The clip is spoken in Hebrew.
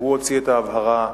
הוא הוציא את ההבהרה,